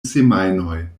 semajnoj